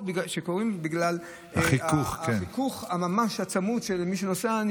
היום בגלל החיכוך הצמוד ממש של מי שנוסע.